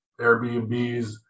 Airbnbs